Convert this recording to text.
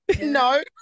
No